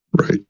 Right